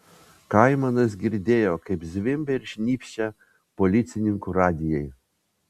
kaimanas girdėjo kaip zvimbia ir šnypščia policininkų radijai